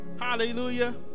Hallelujah